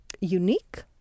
unique